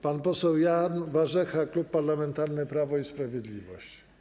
Pan poseł Jan Warzecha, Klub Parlamentarny Prawo i Sprawiedliwość.